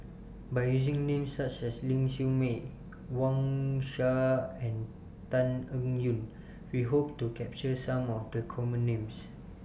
By using Names such as Ling Siew May Wang Sha and Tan Eng Yoon We Hope to capture Some of The Common Names